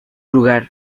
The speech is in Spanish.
lugar